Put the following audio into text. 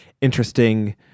interesting